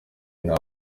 nta